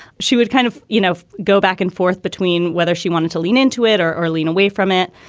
she would kind of, you know, go back and forth between whether she wanted to lean into it or or lean away from it.